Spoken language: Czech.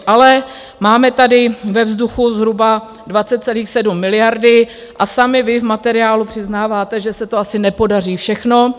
Ale máme tady ve vzduchu zhruba 20,7 miliardy a sami vy v materiálu přiznáváte, že se to asi nepodaří všechno.